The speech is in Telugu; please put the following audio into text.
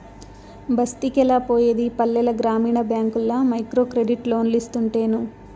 బస్తికెలా పోయేది పల్లెల గ్రామీణ బ్యాంకుల్ల మైక్రోక్రెడిట్ లోన్లోస్తుంటేను